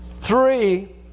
Three